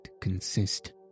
consist